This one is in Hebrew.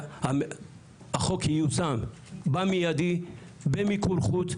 שהחוק ייושם במיידי, במיקור חוץ.